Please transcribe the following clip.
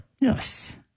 Yes